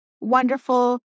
wonderful